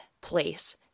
place